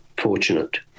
Fortunate